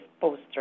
poster